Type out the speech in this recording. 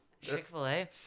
Chick-fil-A